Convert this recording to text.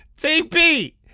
TP